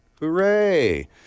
Hooray